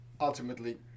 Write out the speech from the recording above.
ultimately